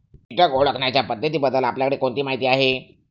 कीटक ओळखण्याच्या पद्धतींबद्दल आपल्याकडे कोणती माहिती आहे?